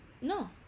no